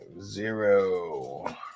zero